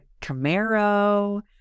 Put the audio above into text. Camaro